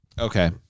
Okay